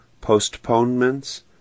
postponements